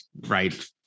right